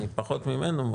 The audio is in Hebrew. אני פחות ממנו?